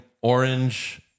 Orange